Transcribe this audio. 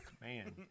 man